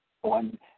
one